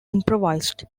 improvised